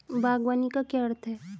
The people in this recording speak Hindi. बागवानी का क्या अर्थ है?